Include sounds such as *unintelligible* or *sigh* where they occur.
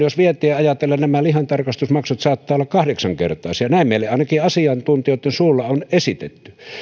*unintelligible* jos vientiä ajatellaan nämä lihantarkastusmaksut saattavat olla kahdeksankertaisia näin meille ainakin asiantuntijoitten suulla on esitetty